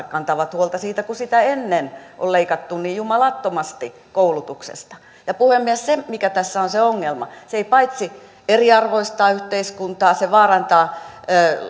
kantavat huolta siitä kun sitä ennen on leikattu niin jumalattomasti koulutuksesta ja puhemies se mikä tässä on se ongelma se että leikataan paitsi eriarvoistaa yhteiskuntaa myös vaarantaa